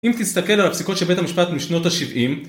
אם תסתכל על הפסיקות של בית המשפט משנות ה-70